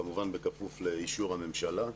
כמובן בכפוף לאישור הממשלה.